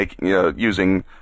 using